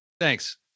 Thanks